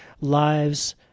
lives